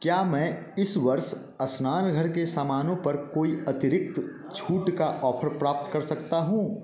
क्या मैं इस वर्ष स्नानघर के सामानों पर कोई अतिरिक्त छूट का ऑफर प्राप्त कर सकता हूँ